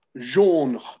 genre